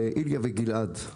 איליה וגלעד,